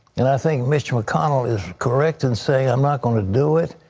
and i think mitchell mcconnell is correct in saying, i'm not going to do it.